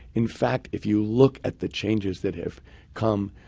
in fact, if you look at the changes that have come,